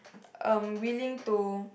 um willing to